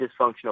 dysfunctional